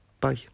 Bye